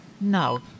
no